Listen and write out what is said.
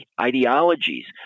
ideologies